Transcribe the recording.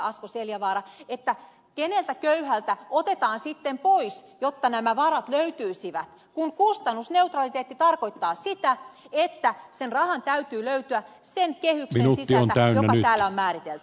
asko seljavaara keneltä köyhältä otetaan sitten pois jotta nämä varat löytyisivät kun kustannusneutraliteetti tarkoittaa sitä että sen rahan täytyy löytyä sen kehyksen sisältä joka täällä on määritelty